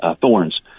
thorns